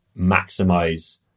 maximize